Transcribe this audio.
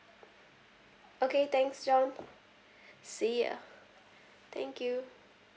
okay thanks john see you thank you